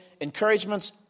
encouragements